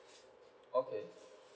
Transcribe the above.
okay